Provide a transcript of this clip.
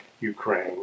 ukraine